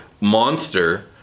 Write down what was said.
monster